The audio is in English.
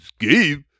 escape